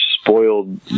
spoiled